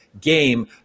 game